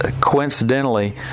Coincidentally